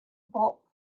bulk